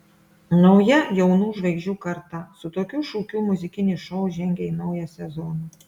nauja jaunų žvaigždžių karta su tokiu šūkiu muzikinis šou žengia į naują sezoną